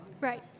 Right